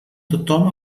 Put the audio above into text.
tothom